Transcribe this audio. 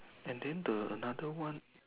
and then the another one